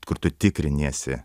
kur tu tikriniesi